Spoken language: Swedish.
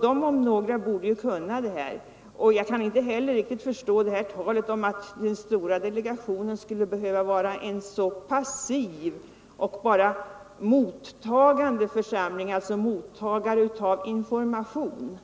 De om några borde vara lämpade. Jag kan inte heller förstå talet om att den stora delegationen skulle vara en passiv församling och bara vara mottagare av information.